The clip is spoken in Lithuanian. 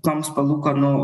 toms palūkanų